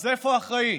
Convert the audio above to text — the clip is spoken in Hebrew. אז איפה האחראי?